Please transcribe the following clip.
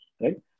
Right